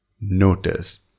Notice